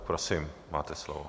Prosím, máte slovo.